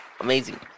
amazing